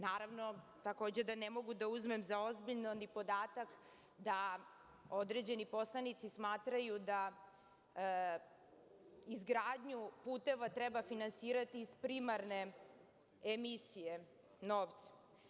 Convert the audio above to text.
Naravno, takođe ne mogu da uzmem za ozbiljno ni podatak da određeni poslanici smatraju da izgradnju puteva treba finansirati iz primarne emisije novca.